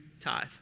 tithe